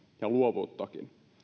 ja luovuuttakin